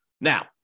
Now